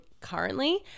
currently